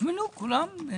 הוזמנו כולם.